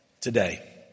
today